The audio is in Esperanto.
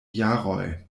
jaroj